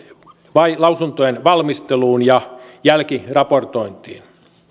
vai lausuntojen valmisteluun ja jälkiraportointiin